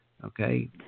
Okay